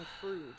fruit